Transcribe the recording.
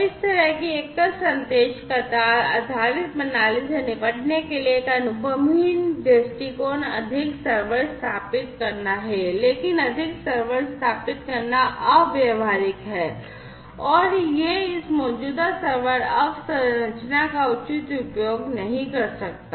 तो इस तरह की एकल संदेश कतार आधारित प्रणाली से निपटने के लिए एक अनुभवहीन दृष्टिकोण अधिक सर्वर स्थापित करना है लेकिन अधिक सर्वर स्थापित करना अव्यावहारिक है और यह इस मौजूदा सर्वर अवसंरचना का उचित उपयोग नहीं कर सकता है